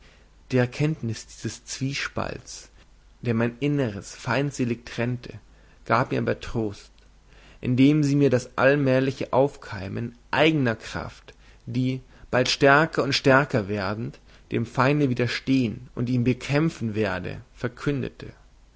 die erkenntnis dieses zwiespalts der mein inneres feindselig trennte gab mir aber trost indem sie mir das allmähliche aufkeimen eigner kraft die bald stärker und stärker werdend dem feinde widerstehen und ihn bekämpfen werde verkündete